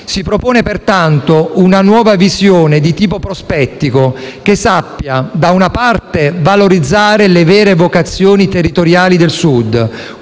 Si propone, pertanto, una nuova visione, di tipo prospettico, che sappia, da una parte, valorizzare le vere vocazioni territoriali del Sud,